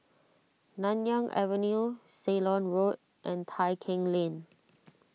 Nanyang Avenue Ceylon Road and Tai Keng Lane